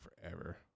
forever